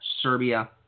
Serbia